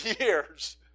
years